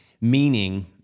Meaning